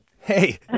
Hey